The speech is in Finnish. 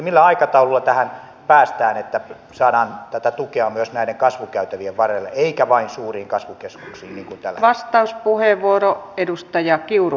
millä aikataululla tähän päästään että saadaan tätä tukea myös näiden kasvukäytävien varsille eikä vain suuriin kasvukeskuksiin niin kuin tällä hetkellä